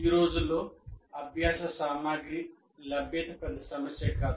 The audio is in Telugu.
ఈ రోజుల్లో అభ్యాస సామగ్రి లభ్యత పెద్ద సమస్య కాదు